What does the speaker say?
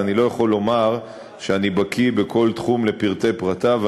אז אני לא יכול לומר שאני בקי בכל תחום לפרטי פרטיו,